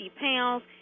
pounds